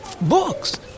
books